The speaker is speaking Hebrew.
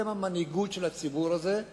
אתם המנהיגות של הציבור הזה,